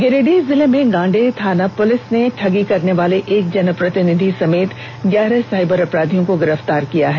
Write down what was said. गिरिडीह जिले में गांडेय थाना पुलिस ने ठगी करनेवाले एक जनप्रतिनिधि समेत ग्यारह साईबर अपराधियों को गिरफ्तार किया है